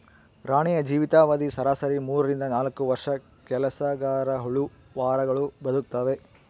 ರಾಣಿಯ ಜೀವಿತ ಅವಧಿ ಸರಾಸರಿ ಮೂರರಿಂದ ನಾಲ್ಕು ವರ್ಷ ಕೆಲಸಗರಹುಳು ವಾರಗಳು ಬದುಕ್ತಾವೆ